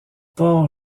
port